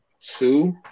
two